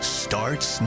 starts